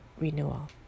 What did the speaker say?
renewal